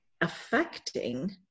affecting